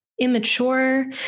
immature